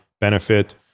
benefit